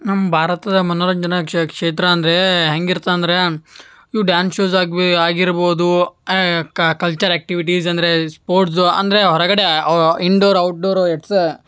ನಮ್ಮ ಭಾರತದ ಮನೋರಂಜನಾ ಕ್ಷೇತ್ರ ಅಂದರೆ ಹೆಂಗಿರ್ತೆ ಅಂದರೆ ಇವು ಡ್ಯಾನ್ಸ್ ಶೋಸ್ ಆಗ್ಬಿ ಆಗಿರ್ಬೋದು ಕಲ್ಚರ್ ಆ್ಯಕ್ಟಿವಿಟೀಸ್ ಅಂದರೆ ಸ್ಪೋರ್ಟ್ಸು ಅಂದರೆ ಹೊರಗಡೆ ಇಂಡೋರ್ ಔಟ್ಡೋರು